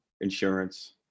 insurance